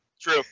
true